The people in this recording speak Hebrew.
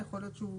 יכול להיות שהוא